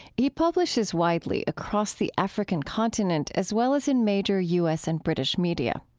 he publishes widely across the african continent as well as in major u s. and british media.